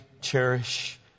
cherish